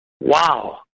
wow